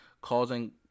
causing